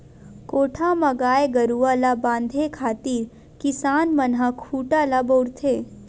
कोठा म गाय गरुवा ल बांधे खातिर किसान मन ह खूटा ल बउरथे